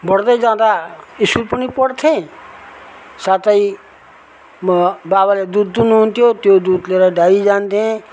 बढ्दै जाँदा स्कुल पनि पढ्थेँ साथै म बाबाले दुध दुहुनु हुन्थ्यो त्यो दुध लिएर डेरी जान्थेँ